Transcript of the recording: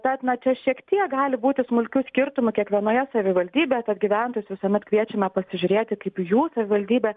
tad na čia šiek tiek gali būti smulkių skirtumų kiekvienoje savivaldybėje tad gyventojus visuomet kviečiame pasižiūrėti kaip jų savivaldybė